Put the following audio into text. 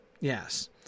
yes